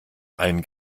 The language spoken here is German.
ein